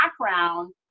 background